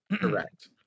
Correct